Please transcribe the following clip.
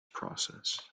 process